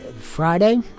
Friday